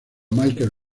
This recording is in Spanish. michael